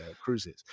cruises